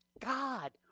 God